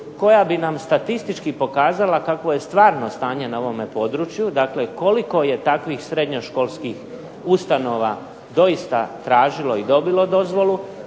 koja bi nam statistički pokazala kakvo je stvarno stanje na ovome području, dakle koliko je takvih srednjoškolskih ustanova doista tražilo i dobilo dozvolu,